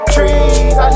Trees